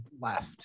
left